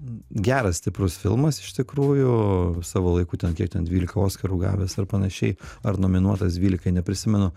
geras stiprus filmas iš tikrųjų savo laiku ten kiek ten dvylika oskarų gavęs ar panašiai ar nominuotas dvylikai neprisimenu